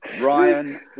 Ryan